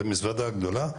זו מזוודה גדולה,